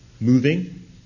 moving